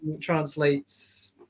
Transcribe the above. translates